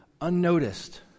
unnoticed